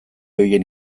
horien